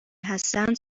هستند